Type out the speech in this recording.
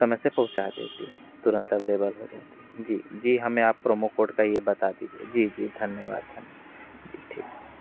समय से पहुँचा देती है तुरंत अवलेबल हो जाती है जी जी हमें आप प्रोमो कोड का यह बता दीजिए जी जी धन्यवाद धन्य जी ठीक